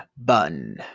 Bun